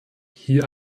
hier